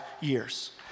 years